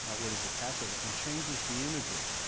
what is the passover, and changes the imagery